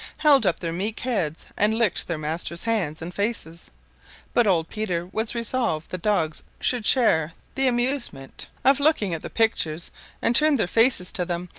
held up their meek heads and licked their masters' hands and faces but old peter was resolved the dogs should share the amusement of looking at the pictures and turned their faces to them,